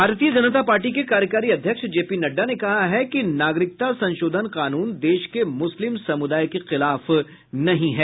भारतीय जनता पार्टी के कार्यकारी अध्यक्ष जेपी नड्डा ने कहा कि नागरिकता संशोधन कानून देश के मुस्लिम समुदाय के खिलाफ नहीं है